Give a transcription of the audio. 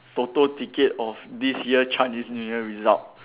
Toto ticket of this year Chinese new year result